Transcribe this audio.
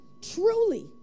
Truly